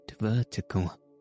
vertical